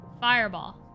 Fireball